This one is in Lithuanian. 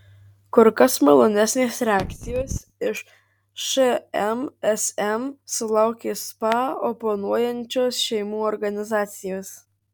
kur kas malonesnės reakcijos iš šmsm sulaukė spa oponuojančios šeimų organizacijos